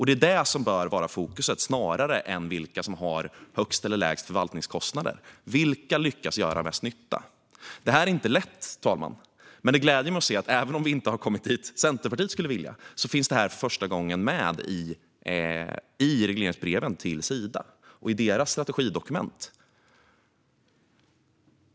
Det är detta som bör vara fokuset, snarare än vilka som har högst eller lägst förvaltningskostnader: vilka som lyckas göra mest nytta. Det här är inte lätt, herr talman. Men det gläder mig att se att detta, även om vi inte har kommit dit Centerpartiet skulle vilja, för första gången finns med i regleringsbreven till Sida och i deras strategidokument.